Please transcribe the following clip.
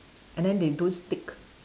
and then they don't stick